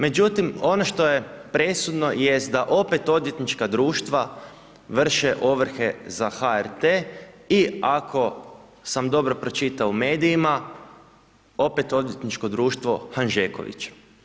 Međutim, ono što je presudno jest da opet odvjetnička društva vrše ovrhe za HRT i ako sam dobro pročitao u medijima opet odvjetništvo društvo Hanžeković.